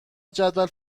جدول